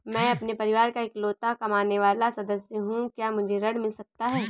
मैं अपने परिवार का इकलौता कमाने वाला सदस्य हूँ क्या मुझे ऋण मिल सकता है?